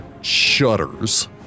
shudders